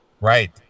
Right